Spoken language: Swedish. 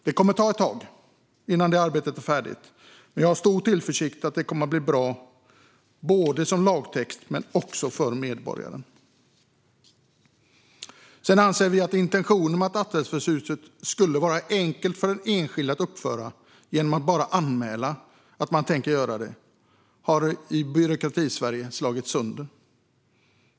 Det kommer att ta ett tag innan det arbetet är färdigt, men jag har stor tillförsikt när det gäller att det kommer att bli bra både som lagtext och för medborgaren. Sedan anser vi att intentionen med att attefallshuset skulle vara enkelt för den enskilde att uppföra genom att bara anmäla att man tänker göra det har slagits sönder i Byråkratisverige.